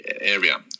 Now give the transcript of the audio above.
area